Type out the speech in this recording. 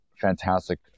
fantastic